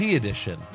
edition